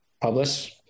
Publish